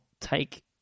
take